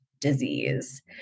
disease